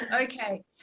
okay